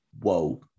Whoa